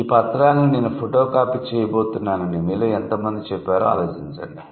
ఈ పత్రాన్ని నేను ఫోటోకాపీ చేయబోతున్నానని మీలో ఎంతమంది చెప్పారో ఆలోచిoచండి